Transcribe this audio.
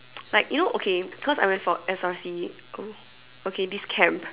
like you know okay cause I went for S_R_C oh okay this camp